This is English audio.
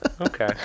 Okay